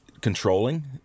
controlling